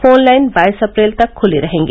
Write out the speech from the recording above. phone line बाईस अप्रैल तक खुली रहेंगी